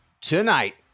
tonight